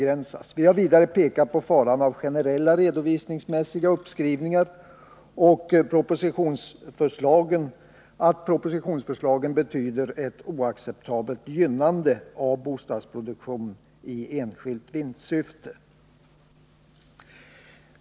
Vidare har vi pekat på faran av generella redovisningsmässiga uppskrivningar och på att propositionsförslagen betyder ett oacceptabelt gynnande av bostadsproduktion i enskilt vinstsyfte.